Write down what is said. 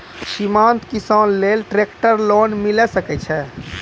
सीमांत किसान लेल ट्रेक्टर लोन मिलै सकय छै?